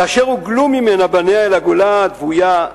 כאשר הוגלו ממנה בניה אל הגולה הדוויה,